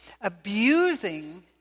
abusing